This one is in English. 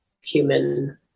human